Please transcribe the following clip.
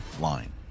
line